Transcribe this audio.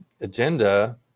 agenda